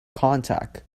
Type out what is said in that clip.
contact